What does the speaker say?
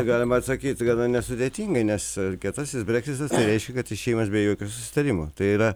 galima atsakyt gana nesudėtingai nes kietasis breksitas tai reiškia kad išėjimas be jokio susitarimo tai yra